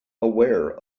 aware